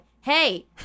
hey